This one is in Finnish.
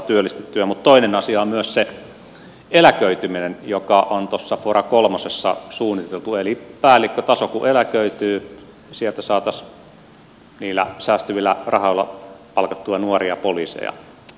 mutta toinen asia on myös se eläköityminen joka on tuossa pora kolmosessa suunniteltu eli kun päällikkötaso eläköityy sieltä saataisiin niillä säästyvillä rahoilla palkattua nuoria poliiseja